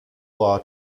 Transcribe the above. law